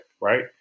right